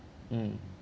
mm